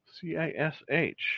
C-A-S-H